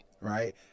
right